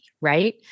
Right